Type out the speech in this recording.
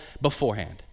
beforehand